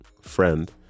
friend